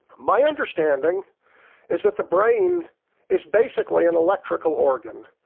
my understanding is that the brain is basically an electrical organ.